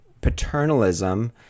paternalism